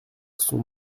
sont